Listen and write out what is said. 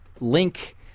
link